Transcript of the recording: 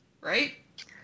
right